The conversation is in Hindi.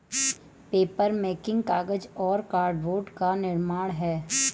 पेपरमेकिंग कागज और कार्डबोर्ड का निर्माण है